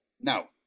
Now